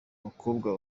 bakobwa